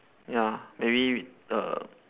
ya maybe err